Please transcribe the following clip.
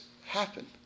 happen